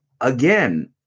again